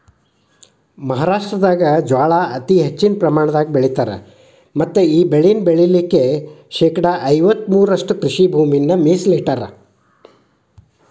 ಮಹಾರಾಷ್ಟ್ರದಾಗ ಜ್ವಾಳಾ ಅತಿ ಹೆಚ್ಚಿನ ಪ್ರಮಾಣದಾಗ ಬೆಳಿತಾರ ಮತ್ತಈ ಬೆಳೆನ ಬೆಳಿಲಿಕ ಐವತ್ತುರಷ್ಟು ಕೃಷಿಭೂಮಿನ ಮೇಸಲಿಟ್ಟರಾ